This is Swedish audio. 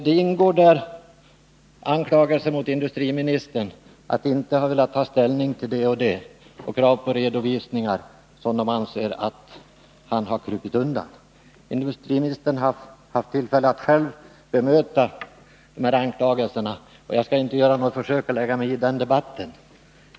Det ingår anklagelser mot industriministern för att han inte velat ta ställning till det ena och det andra samt krav på redovisningar, som man anser att han har krupit undan. Industriministern har haft tillfälle att själv bemöta dessa anklagelser, och jag skall inte göra något försök att lägga mig i den Nr 48 debatten.